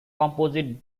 composite